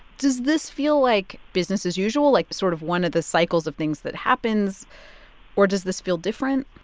does this feel like business as usual, like sort of one of the cycles of things that happens or does this feel different?